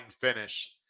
finish